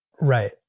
right